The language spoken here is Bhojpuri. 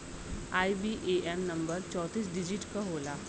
आई.बी.ए.एन नंबर चौतीस डिजिट क होला